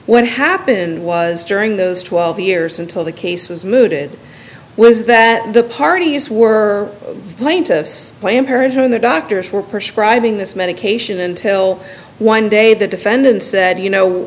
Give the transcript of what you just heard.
what happened was during those twelve years until the case was mooted was that the parties were playing to planned parenthood and the doctors were prescribing this medication until one day the defendant said you know